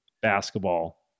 Basketball